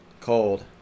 Cold